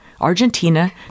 Argentina